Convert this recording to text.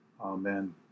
Amen